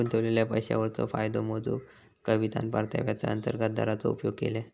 गुंतवलेल्या पैशावरचो फायदो मेजूक कवितान परताव्याचा अंतर्गत दराचो उपयोग केल्यान